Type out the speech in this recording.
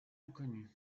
inconnue